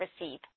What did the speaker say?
receive